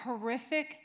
horrific